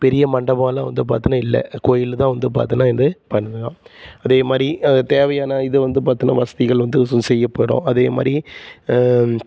பெரிய மண்டபலாம் வந்து பார்த்தீன்னா இல்லை கோயில் தான் வந்து பார்த்தீன்னா இது பண்ணலாம் அதேமாதிரி தேவையான இது வந்து பார்த்தீன்னா வசதிகள் வந்து சு செய்யப்படும் அதேமாதிரி